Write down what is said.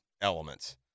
elements